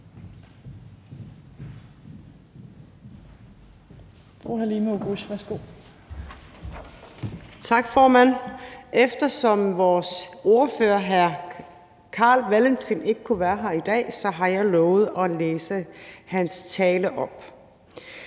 Eftersom vores ordfører, hr. Carl Valentin, ikke kan være her i dag, har jeg lovet at læse hans tale op.